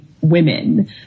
women